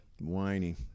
Whiny